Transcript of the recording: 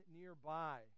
nearby